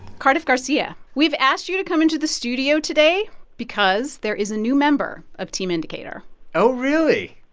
cardiff garcia, we've asked you to come into the studio today because there is a new member of team indicator oh, really?